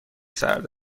سرد